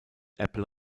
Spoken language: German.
apple